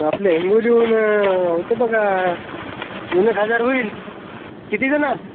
आपल्या हिंगोलीहून होते बघा दोन एक हजार होईल किती जणं